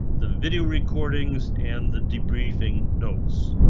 the video recordings, and the debriefing notes.